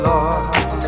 Lord